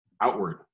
outward